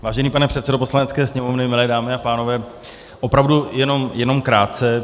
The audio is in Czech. Vážený pane předsedo Poslanecké sněmovny, milé dámy a pánové, opravdu jenom krátce.